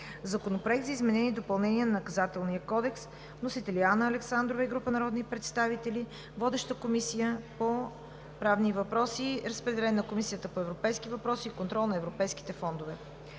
Законопроект за изменение и допълнение на Наказателния кодекс. Вносители – Анна Александрова и група народни представители. Водеща е Комисията по правни въпроси. Разпределен е на Комисията по европейски въпроси и контрол на европейските фондове.